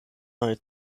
neue